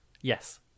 Yes